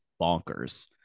bonkers